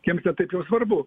jiems ne taip jau svarbu